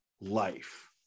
life